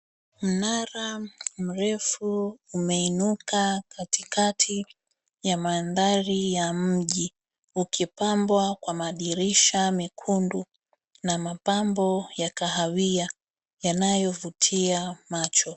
Mnara mrefu umeinuka katikati ya mandhari ya mji, ukipambwa kwa madirisha mekundu na mapambo ya kahawia yanayovutia macho.